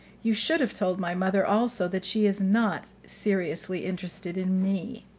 you should have told my mother also that she is not seriously interested in me.